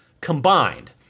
combined